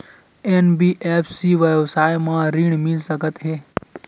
NBFC व्यवसाय मा ऋण मिल सकत हे